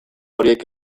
horiek